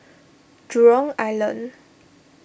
Jurong Island